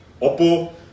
Oppo